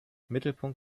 mittelpunkt